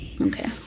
Okay